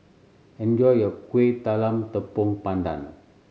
enjoy your Kueh Talam Tepong Pandan